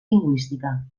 lingüística